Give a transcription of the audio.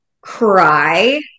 cry